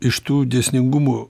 iš tų dėsningumų